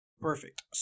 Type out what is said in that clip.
Perfect